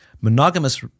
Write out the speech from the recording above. Monogamous